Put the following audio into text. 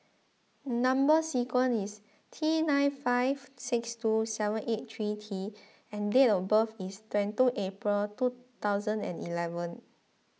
Number Sequence is T nine five six two seven eight three T and date of birth is twenty two April two thousand and eleven